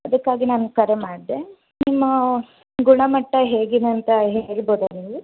ಅದಕ್ಕಾಗಿ ನಾನು ಕರೆ ಮಾಡಿದೆ ನಿಮ್ಮ ಗುಣಮಟ್ಟ ಹೇಗಿದೆ ಅಂತ ಹೇಳ್ಬೋದ ನೀವು